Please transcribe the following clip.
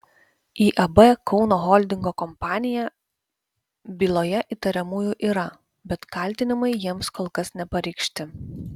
iab kauno holdingo kompanija byloje įtariamųjų yra bet kaltinimai jiems kol kas nepareikšti